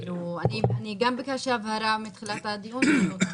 אני גם ביקשתי הבהרה מתחילת הדיון ולא קיבלתי.